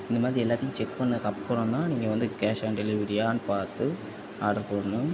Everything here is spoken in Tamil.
இந்தமாதிரி எல்லாத்தையும் செக் பண்ணதுக்கப்பறம்தான் நீங்கள் வந்து கேஷ் ஆன் டெலிவரியான்னு பார்த்து ஆர்டர் போடணும்